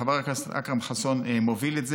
חבר הכנסת אכרם חסון מוביל את זה,